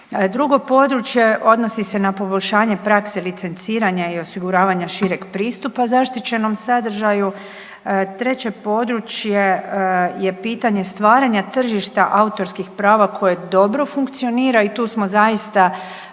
Drugo područje odnosi se na poboljšanje prakse licenciranja i osiguravanja šireg pristupa zaštićenom sadržaju. Treće područje je pitanje stvaranja tržišta autorskih prava koje dobro funkcionira i tu smo zaista,